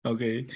Okay